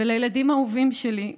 ולילדים האהובים שלי,